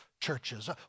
churches